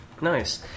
Nice